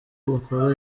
bakora